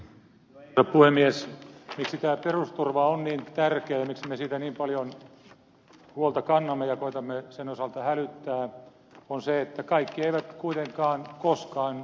syy siihen miksi tämä perusturva on niin tärkeä ja miksi me siitä niin paljon huolta kannamme ja koetamme sen osalta hälyttää on se että kaikki eivät kuitenkaan koskaan ole töissä